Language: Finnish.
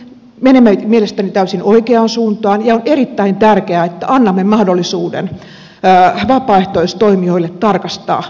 menemme mielestäni täysin oikeaan suuntaan ja on erittäin tärkeää että annamme mahdollisuuden vapaaehtoistoimijoille tarkastaa otteen